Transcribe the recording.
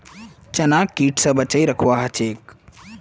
चनाक कीट स बचई रखवा ह छेक